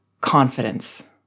Confidence